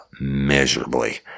miserably